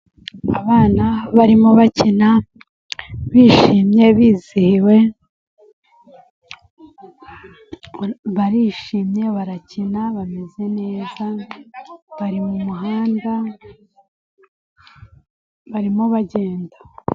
Abana barimo bakina bishimye bizihiwe, barishimye barakina bameze neza, bari mu muhanda, barimo bagenda.